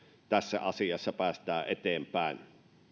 tässä asiassa päästään eteenpäin